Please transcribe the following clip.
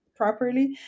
properly